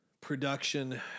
production